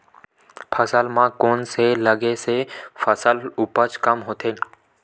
फसल म कोन से लगे से फसल उपज कम होथे?